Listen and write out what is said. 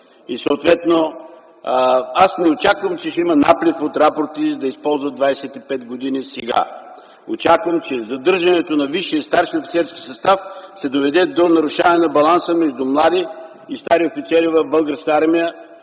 Съответно аз не очаквам, че ще има наплив от рапорти, за да се използват 25 години сега. Очаквам, че задържането на висши и старши офицерски състав ще доведе до нарушаване на баланса между млади и стари офицери в Българската армия